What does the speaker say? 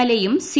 എൽഎയും C